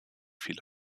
viele